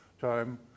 time